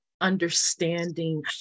understanding